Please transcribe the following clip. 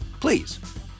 please